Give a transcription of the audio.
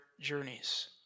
journeys